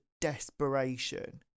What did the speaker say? desperation